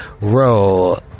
Roll